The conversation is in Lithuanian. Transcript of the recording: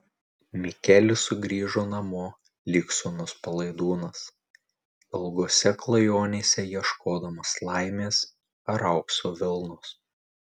mikelis sugrįžo namo lyg sūnus palaidūnas ilgose klajonėse ieškodamas laimės ar aukso vilnos